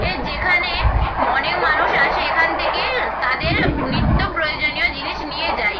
এ যেখানে অনেক মানুষ আসে এখান থেকে তাদের নিত্য প্রয়োজনীয় জিনিস নিয়ে যায়